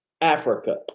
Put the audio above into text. Africa